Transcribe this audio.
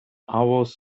hours